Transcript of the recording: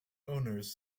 owners